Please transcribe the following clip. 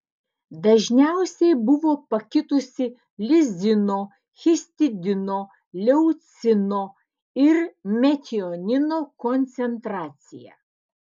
dažniausiai buvo pakitusi lizino histidino leucino ir metionino koncentracija